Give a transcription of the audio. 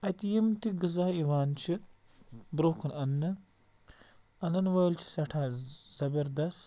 اَتہِ یِم تہِ غذا یِوان چھِ برٛونٛہہ کُن اَننہٕ اَنن وٲلۍ چھِ سٮ۪ٹھاہ زبردس